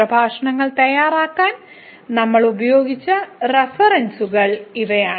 ഈ പ്രഭാഷണങ്ങൾ തയ്യാറാക്കാൻ നമ്മൾ ഉപയോഗിച്ച റഫറൻസുകളാണ് ഇവ